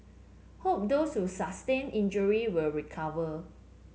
hope those who sustained injury will recover